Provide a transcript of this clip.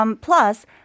Plus